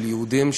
של יהודים,